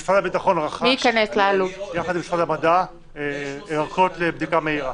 משרד הביטחון רכש יחד עם משרד המדע ערכות לבדיקה מהירה.